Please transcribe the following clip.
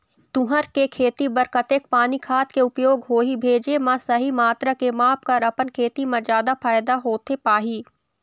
तुंहर के खेती बर कतेक पानी खाद के उपयोग होही भेजे मा सही मात्रा के माप कर अपन खेती मा जादा फायदा होथे पाही?